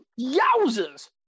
Yowzers